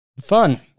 Fun